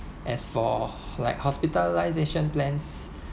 as for like hospitalisation plans